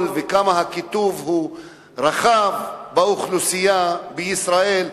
וכמה הקיטוב הוא רחב באוכלוסייה בישראל.